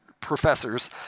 professors